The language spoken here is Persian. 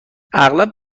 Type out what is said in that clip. اغلب